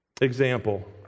example